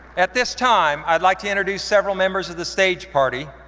at this time i'd like to introduce several members of the stage party,